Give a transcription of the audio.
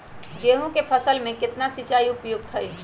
गेंहू के फसल में केतना सिंचाई उपयुक्त हाइ?